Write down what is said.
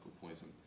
poison